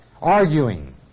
arguing